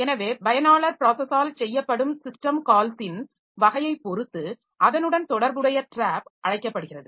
எனவே பயனாளர் ப்ராஸஸால் செய்யப்படும் சிஸ்டம் கால்ஸின் வகையைப் பொறுத்து அதனுடன் தொடர்புடைய டிராப் அழைக்கப்படுகிறது